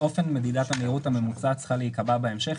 אופן מדידת המהירות הממוצעת צריך להיקבע בהמשך.